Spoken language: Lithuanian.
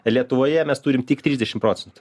lietuvoje mes turim tik trisdešim procentų